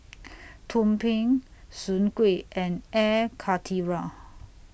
Tumpeng Soon Kuih and Air Karthira